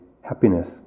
happiness